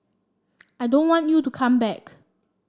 I don't want you to come back